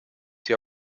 sie